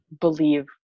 believe